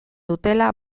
dutela